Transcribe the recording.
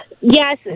Yes